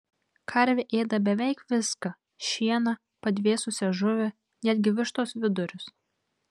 karvė ėda beveik viską šieną padvėsusią žuvį netgi vištos vidurius